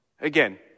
Again